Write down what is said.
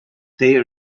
they